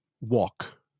walk